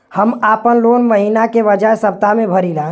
हम आपन लोन महिना के बजाय सप्ताह में भरीला